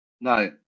No